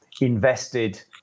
invested